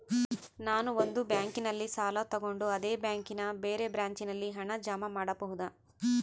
ನಾನು ಒಂದು ಬ್ಯಾಂಕಿನಲ್ಲಿ ಸಾಲ ತಗೊಂಡು ಅದೇ ಬ್ಯಾಂಕಿನ ಬೇರೆ ಬ್ರಾಂಚಿನಲ್ಲಿ ಹಣ ಜಮಾ ಮಾಡಬೋದ?